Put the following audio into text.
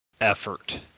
effort